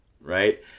right